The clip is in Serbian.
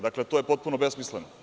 Dakle, to je potpuno besmisleno.